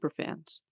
superfans